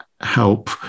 help